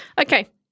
Okay